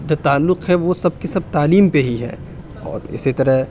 تعلق ہے وہ سب کے سب تعلیم پہ ہی ہے اور اسی طرح